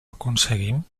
aconseguim